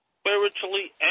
Spiritually